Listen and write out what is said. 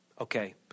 Okay